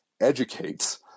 educates